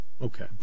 Okay